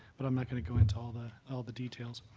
but i'm not going to go into all the all the details.